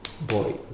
boy